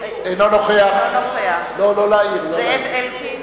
אינו נוכח זאב אלקין,